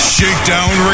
Shakedown